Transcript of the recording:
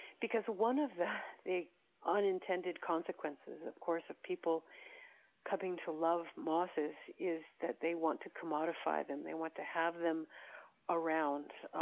because one of the the unintended consequences, of course, of people coming to love mosses is that they want to commodify them. they want to have them around,